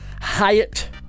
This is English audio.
Hyatt